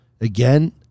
again